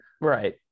Right